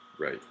Right